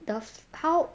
the how